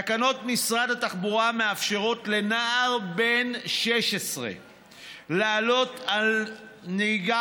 תקנות משרד התחבורה מאפשרות לנער בן 16 לנהוג בטרקטורון